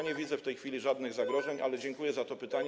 Nie widzę w tej chwili żadnych zagrożeń, ale dziękuję za to pytanie.